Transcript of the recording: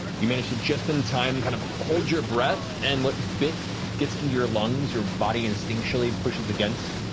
you manage to just in time kind of hold your breath and what bit gets into your lungs your body instinctually pushes against.